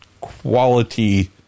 quality